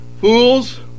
Fools